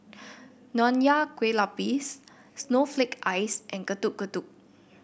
Nonya Kueh Lapis Snowflake Ice and Getuk Getuk